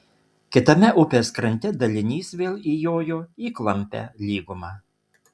kitame upės krante dalinys vėl įjojo į klampią lygumą